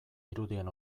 irudien